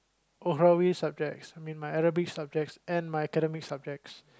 overall we subjects I mean my Arabic subjects and by academic subjects